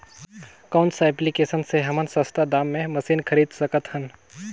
कौन सा एप्लिकेशन मे हमन सस्ता दाम मे मशीन खरीद सकत हन?